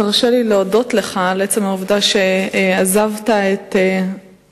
תרשה לי להודות לך על העובדה שעזבת את האנשים